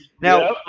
Now